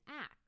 acts